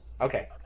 Okay